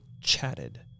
chatted